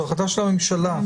זו החלטה של הממשלה,